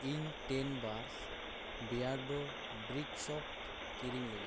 ᱤᱧ ten bars ᱵᱮᱭᱟᱨᱰᱳ brick soap ᱠᱤᱨᱤᱧ ᱞᱟᱹᱜᱤᱫ